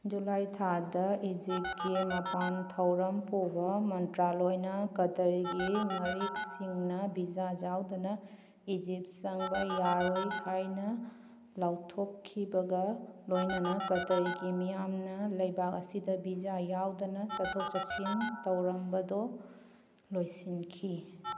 July ꯊꯥꯗ ꯏꯖꯤꯞꯀꯤ ꯃꯄꯥꯟ ꯊꯧꯔꯝ ꯄꯨꯕ ꯃꯟꯇ꯭ꯔꯥꯂꯣꯏꯅ ꯀꯇꯔꯒꯤ ꯉꯥꯔꯤꯛꯁꯤꯡꯅ ꯚꯤꯖꯥ ꯌꯥꯎꯗꯅ ꯏꯖꯤꯞ ꯆꯪꯕ ꯌꯥꯔꯣꯏ ꯍꯥꯏꯅ ꯂꯥꯎꯊꯣꯛꯈꯤꯕꯒ ꯂꯣꯏꯅꯅ ꯀꯇꯔꯒꯤ ꯃꯤꯌꯥꯝꯅ ꯂꯩꯕꯥꯛ ꯑꯁꯤꯗ ꯚꯤꯖꯥ ꯌꯥꯎꯗꯅ ꯆꯠꯊꯣꯛ ꯆꯠꯁꯤꯟ ꯇꯧꯔꯝꯕꯗꯣ ꯂꯣꯏꯁꯤꯟꯈꯤ